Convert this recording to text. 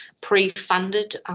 pre-funded